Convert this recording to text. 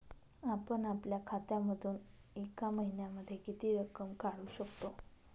आपण आपल्या खात्यामधून एका महिन्यामधे किती रक्कम काढू शकतो?